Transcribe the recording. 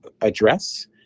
address